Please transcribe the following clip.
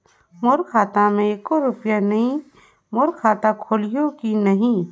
मोर खाता मे एको रुपिया नइ, मोर खाता खोलिहो की नहीं?